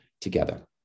together